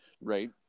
right